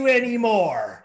anymore